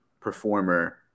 performer